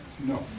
No